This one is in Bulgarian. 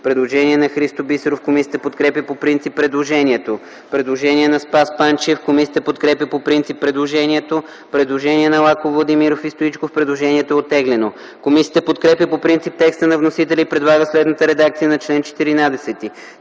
Предложение на Христо Бисеров. Комисията подкрепя по принцип предложението. Предложение на Спас Панчев. Комисията подкрепя по принцип предложението. Предложение на Лаков, Владимиров и Стоичков. Предложението е оттеглено. Комисията подкрепя по принцип текста на вносителя и предлага следната редакция на чл. 14: